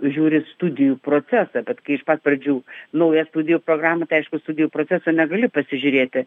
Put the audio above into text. žiūri studijų procesą bet kai iš pat pradžių nauja studijų programa tai aišku studijų proceso negali pasižiūrėti